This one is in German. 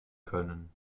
können